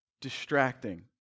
distracting